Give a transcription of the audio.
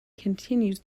continues